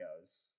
goes